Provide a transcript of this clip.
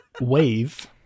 wave